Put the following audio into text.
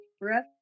breath